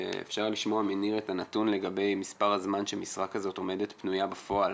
אפשר לשמוע מניר את הנתון לגבי משך הזמן שמשרה כזאת עומדת פנויה בפועל.